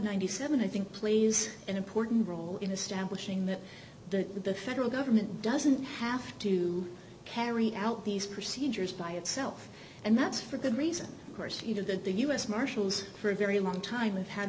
ninety seven dollars i think plays an important role in establishing that the federal government doesn't have to carry out these procedures by itself and that's for good reason course you know that the u s marshals for a very long time w